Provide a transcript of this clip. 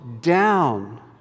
down